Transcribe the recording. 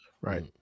Right